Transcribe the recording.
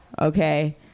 okay